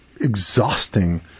exhausting